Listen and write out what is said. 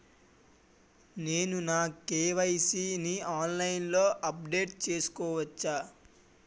నేను నా కే.వై.సీ ని ఆన్లైన్ లో అప్డేట్ చేసుకోవచ్చా?